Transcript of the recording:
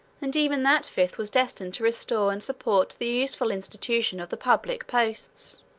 and even that fifth was destined to restore and support the useful institution of the public posts.